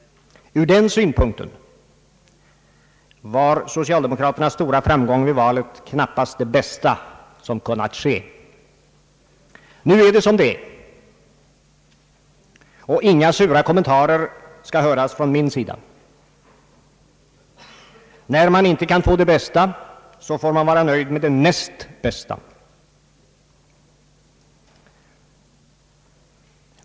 Ur den synpunkten var socialdemokraternas stora framgång vid valet knappast det bästa som kunnat ske. Nu är det som det är — och inga sura kommentarer skall höras från min sida. När man inte kan få det bästa får man vara nöjd med det näst bästa.